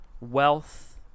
wealth